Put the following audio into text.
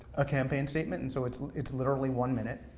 a campaign statement. and so it's it's literally one minute,